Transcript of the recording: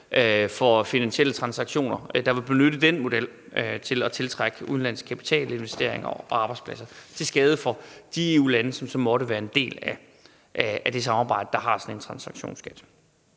for finansielle transaktioner, og de vil benytte den model til at tiltrække udenlandsk kapital, investeringer og arbejdspladser til skade for de EU-lande, som så måtte være en del af det samarbejde, der har sådan en transaktionsskat.